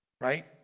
right